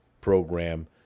program